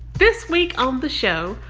this week on the show,